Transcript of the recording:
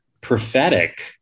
prophetic